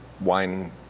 wine